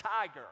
tiger